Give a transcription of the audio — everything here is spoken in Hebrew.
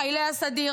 חיילי הסדיר,